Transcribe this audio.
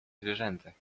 zwierzętach